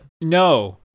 No